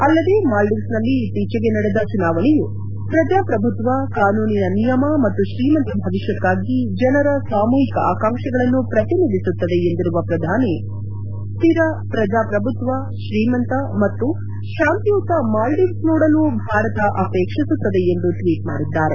ಅಲ್ಲದೆ ಮಾಲ್ಡೀವ್ಸ್ ನಲ್ಲಿ ಇತ್ತೀಚೆಗೆ ನಡೆದ ಚುನಾವಣೆಯು ಪ್ರಜಾಪ್ರಭುತ್ವ ಕಾನೂನಿನ ನಿಯಮ ಮತ್ತು ಶ್ರೀಮಂತ ಭವಿಷ್ಯಕ್ಕಾಗಿ ಜನರ ಸಾಮೂಹಿಕ ಆಕಾಂಕ್ಷೆಗಳನ್ನು ಪ್ರತಿನಿಧಿಸುತ್ತದೆ ಎಂದಿರುವ ಪ್ರಧಾನಿ ಸ್ಥಿರ ಪ್ರಜಾಪ್ರಭುತ್ವ ಶ್ರೀಮಂತ ಮತ್ತು ಶಾಂತಿಯುತ ಮಾಲ್ವೀವ್ಸ್ ನೋಡಲು ಭಾರತ ಆಪೇಕ್ಷಿಸುತ್ತದೆ ಎಂದು ಟ್ವೀಟ್ ಮಾಡಿದ್ದಾರೆ